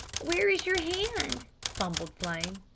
where is your hand? fumbled flame.